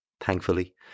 Thankfully